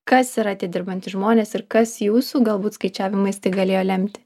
kas yra tie dirbantys žmonės ir kas jūsų galbūt skaičiavimais tai galėjo lemti